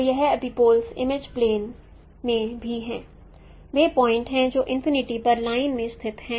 तो यह epipolar image plane में भी है वे पॉइंट हैं जो इनफिनिटी पर लाइन में स्थित हैं